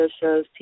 shows